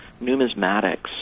numismatics